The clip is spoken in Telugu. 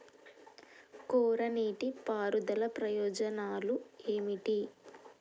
కోరా నీటి పారుదల ప్రయోజనాలు ఏమిటి?